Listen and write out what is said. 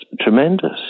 tremendous